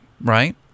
right